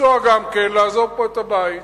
לנסוע גם כן, לעזוב פה את הבית,